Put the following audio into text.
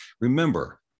Remember